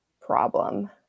problem